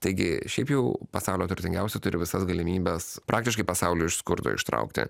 taigi šiaip jau pasaulio turtingiausi turi visas galimybes praktiškai pasaulį iš skurdo ištraukti